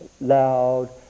loud